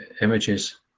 images